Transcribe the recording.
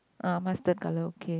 ah mustard color okay